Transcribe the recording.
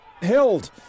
Held